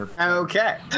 Okay